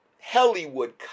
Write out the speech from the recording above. Hollywood